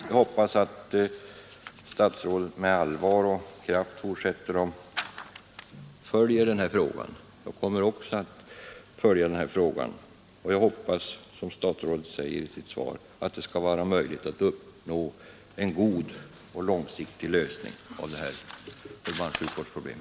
Jag hoppas att statsrådet med allvar och kraft fortsätter att följa denna fråga. Också jag kommer att följa den, och jag hoppas, som statsrådet säger i sitt svar, att det skall vara möjligt att uppnå en god och långsiktig lösning av detta förbandssjukvårdsproblem.